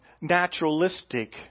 naturalistic